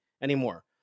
anymore